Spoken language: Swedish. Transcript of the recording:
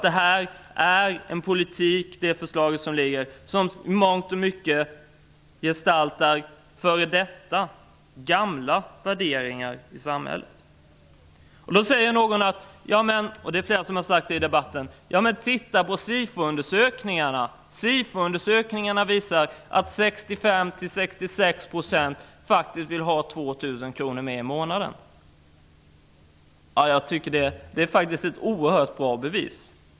Det förslag som föreligger gestaltar i mångt och mycket en gammal politik, gamla värderingar i samhället. Flera har sagt i debatten: Titta på SIFO undersökningarna! De visar att 65-66 % faktiskt vill ha 2 000 kr mer i månaden. Är det ett så oerhört bra bevis!